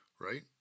right